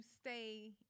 stay